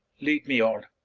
lead me on.